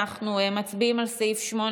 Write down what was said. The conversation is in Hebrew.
אנחנו מצביעים על סעיף 8,